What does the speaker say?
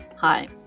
Hi